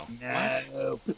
no